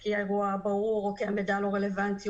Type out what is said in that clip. כי האירוע ברור או כי המידע לא רלוונטי